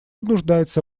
нуждается